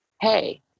hey